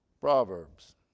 Proverbs